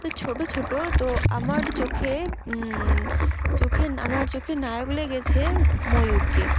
তো ছোটো ছোটো তো আমার চোখে চোখে আমার চোখের নায়ক লেগেছে ময়ূরকে